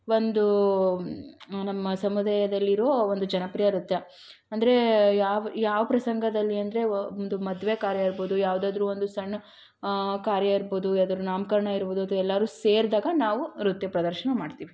ಒಂದು ನಮ್ಮ ಸಮುದಾಯದಲ್ಲಿರೋ ಒಂದು ಜನಪ್ರಿಯ ನೃತ್ಯ ಅಂದರೆ ಯಾವ ಯಾವ ಪ್ರಸಂಗದಲ್ಲಿ ಅಂದರೆ ಒಂದು ಮದುವೆ ಕಾರ್ಯ ಇರ್ಬೋದು ಯಾವ್ದಾದ್ರೂ ಒಂದು ಸಣ್ಣ ಕಾರ್ಯ ಇರ್ಬೋದು ಯಾವ್ದಾದ್ರು ನಾಮಕರಣ ಇರ್ಬೋದು ಅಥವಾ ಎಲ್ಲರೂ ಸೇರಿದಾಗ ನಾವು ನೃತ್ಯ ಪ್ರದರ್ಶನ ಮಾಡ್ತೀವಿ